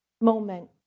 moment